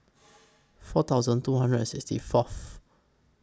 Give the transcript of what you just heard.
four thousand two hundred and sixty Fourth